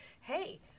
hey